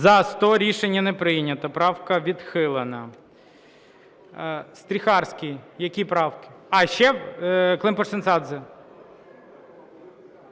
За-100 Рішення не прийнято. Правка відхилена. Стріхарський, які правки? Климпуш-Цинцадзе,